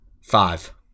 five